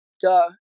duh